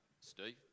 steve